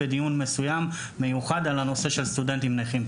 בדיון מסוים מיוחד על הנושא של סטודנטים נכים.